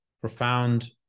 profound